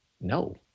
no